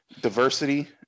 diversity